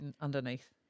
underneath